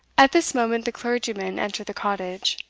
at this moment the clergyman entered the cottage.